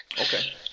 Okay